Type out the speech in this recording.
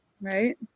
Right